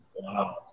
Wow